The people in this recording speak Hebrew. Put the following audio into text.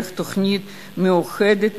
בתוכנית מיוחדת,